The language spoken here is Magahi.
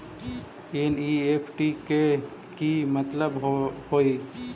एन.ई.एफ.टी के कि मतलब होइ?